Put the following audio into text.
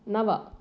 नव